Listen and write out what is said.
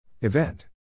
Event